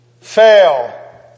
fail